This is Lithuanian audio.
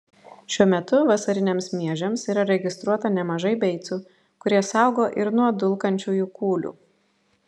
šiuo metu vasariniams miežiams yra registruota nemažai beicų kurie saugo ir nuo dulkančiųjų kūlių